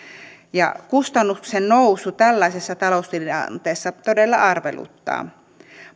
kustannusten nousu tällaisessa taloustilanteessa todella arveluttaa